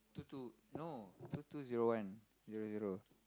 two two no two two zero one zero zero